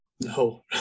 No